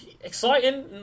Exciting